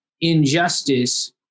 injustice